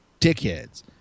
dickheads